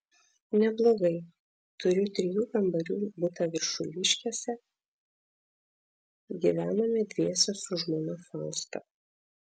neblogai turiu trijų kambarių butą viršuliškėse gyvename dviese su žmona fausta